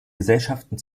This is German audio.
gesellschaften